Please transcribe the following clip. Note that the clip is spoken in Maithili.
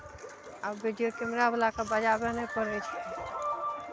आब वीडियो कैमरावला कऽ बजाबय नहि पड़ै छै